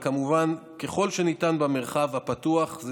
במרחב הפתוח.